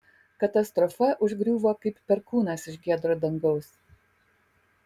katastrofa užgriuvo kaip perkūnas iš giedro dangaus